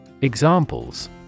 Examples